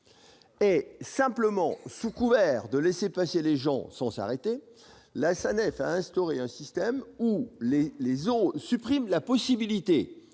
s'arrêter. Sous couvert de laisser passer les gens sans s'arrêter, la SANEF instaure un système qui supprime la possibilité